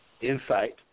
insight